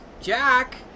Jack